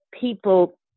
people